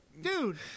dude